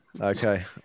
Okay